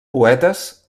poetes